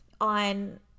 on